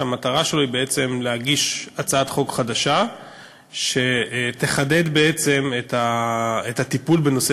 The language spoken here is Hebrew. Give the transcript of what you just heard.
אשר המטרה שלו היא בעצם להגיש הצעת חוק חדשה שתחדד בעצם את הטיפול בנושא